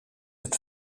het